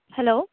hello